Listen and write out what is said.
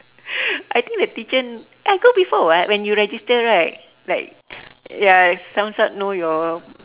I think the teacher I go before [what] when you register right like ya sounds like know your